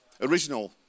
Original